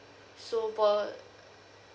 so for